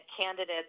candidates